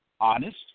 honest